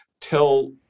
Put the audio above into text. tell